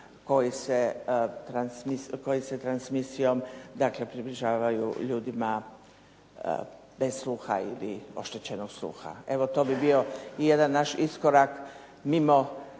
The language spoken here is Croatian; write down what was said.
koji se transmisijom dakle približavaju ljudima bez sluha ili oštećenog sluha. Evo to bi bio jedan naš iskorak mimo